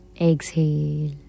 Exhale